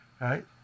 Right